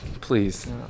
please